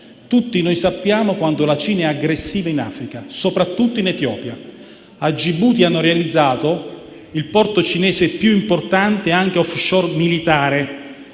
Tutti noi sappiamo quanto la Cina sia aggressiva in Africa, soprattutto in Etiopia. A Gibuti è stato realizzato il porto cinese più importante, anche *offshore* militare,